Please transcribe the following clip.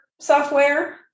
software